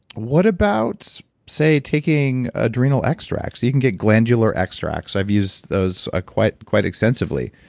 what about, say, taking adrenal extracts? you can get glandular extracts. i've used those ah quite quite extensively,